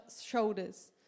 shoulders